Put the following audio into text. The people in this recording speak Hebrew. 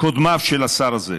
קודמיו של השר הזה,